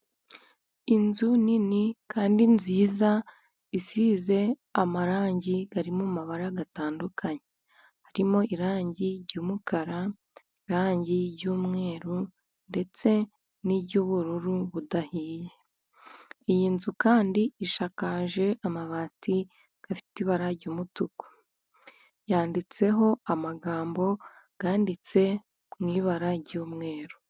Inzu nini kandi nziza isize amarangi ari mu mabara atandukanye harimo: irangi ry'umukara, irangi ry'umweru ndetse n'iry'ubururu budahiye. Iyi nzu kandi isakaje amabati afite ibara ry'umutuku ,yanditseho amagambo yanditse mu ibara ry'umweru.